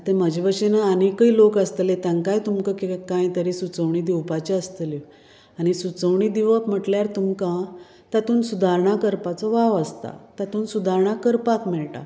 तें म्हजे भशेन आनीकूय लोक आसतले तांकांय तुमकां कितें कांय तरी सुचोवणी दिवपाची आसतली आनी सुचोवणी दिवप म्हणल्यार तुमकां तातून सुदारणां करपाचो वाव आसता तातून सुदारणां करपाक मेळटा